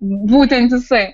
būtent jisai